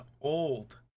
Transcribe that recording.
old